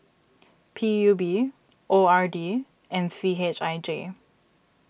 P U B O R D and C H I J